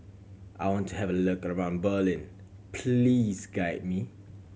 I want to have a look around Berlin please guide me